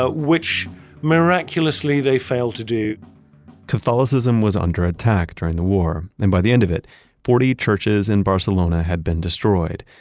ah which miraculously they fail to do catholicism was under attack during the war and by the end of it forty churches in barcelona had been destroyed,